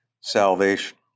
salvation